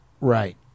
Right